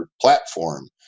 platform